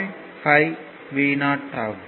5 Vo ஆகும்